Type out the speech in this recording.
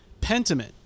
Pentiment